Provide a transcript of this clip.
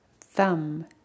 thumb